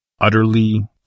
Utterly